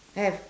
have